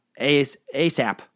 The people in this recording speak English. ASAP